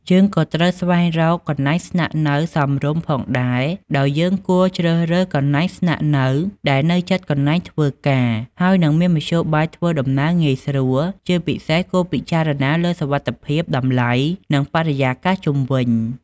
យើងក៏ត្រូវស្វែងរកកន្លែងស្នាក់នៅសមរម្យផងដែរ ដោយយើងគួរជ្រើសរើសកន្លែងស្នាក់នៅដែលនៅជិតកន្លែងធ្វើការ ហើយនឹងមានមធ្យោបាយធ្វើដំណើរងាយស្រួល ជាពិសេសគួរពិចារណាលើសុវត្ថិភាព តម្លៃ និងបរិយាកាសជុំវិញ។